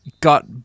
got